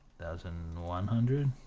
thousand, one hundred,